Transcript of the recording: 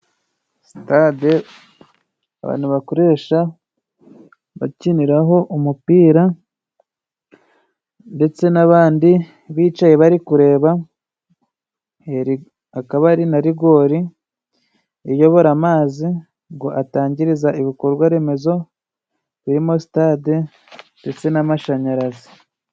Sitade abantu bakoresha bakiniraho umupira, ndetse n'abandi bicaye bari kureba. Akaba hari na rigori iyobora amazi ngo atangiriza ibikorwa remezo birimo Sitade ndetse n'amashanyarazi.